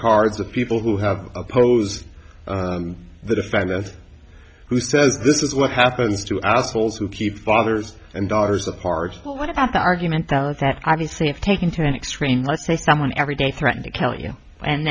cards of people who have opposed the defendants who says this is what happens to assholes who keep fathers and daughters apart but what about the argument that obviously if taken to an extreme let's say someone every day threaten to count you and